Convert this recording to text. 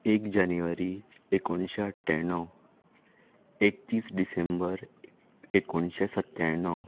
एक जानेवारी एकोणीशे अठ्ठ्याण्णव एकतीस डिसेंबर एकोणशे सत्त्याण्णव